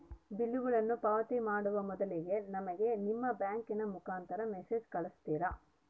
ಬಿಲ್ಲುಗಳನ್ನ ಪಾವತಿ ಮಾಡುವ ಮೊದಲಿಗೆ ನಮಗೆ ನಿಮ್ಮ ಬ್ಯಾಂಕಿನ ಮುಖಾಂತರ ಮೆಸೇಜ್ ಕಳಿಸ್ತಿರಾ?